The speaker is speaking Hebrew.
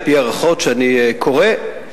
על-פי הערכות שאני קורא,